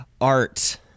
art